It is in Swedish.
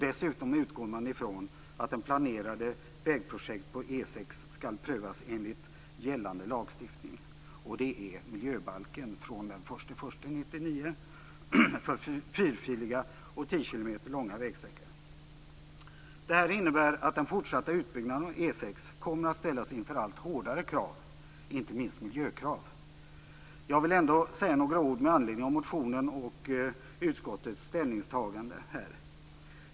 Dessutom utgår man från att planerade vägprojekt på E 6 skall prövas enligt gällande lagstiftning, nämligen enligt miljöbalken från den 1 januari 1999 för fyrfiliga och 10 kilometer långa vägsträckor. Detta innebär att den fortsatta utbyggnaden av E 6 kommer att ställas inför allt hårdare krav - inte minst miljökrav. Jag vill ändå säga några ord med anledning av motionen och utskottets ställningstagande.